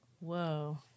Whoa